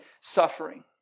suffering